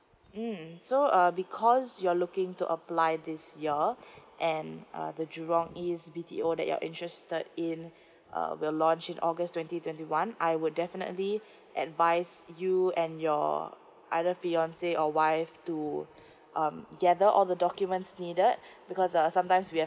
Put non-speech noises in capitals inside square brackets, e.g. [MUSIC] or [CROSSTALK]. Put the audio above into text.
mm so uh because you're looking to apply this year [BREATH] and uh the jurong east B T O that you're interested in [BREATH] uh will launch in august twenty twenty one I will definitely [BREATH] advise you and your either fiance or wife to [BREATH] um gather all the documents needed [BREATH] because uh sometimes we have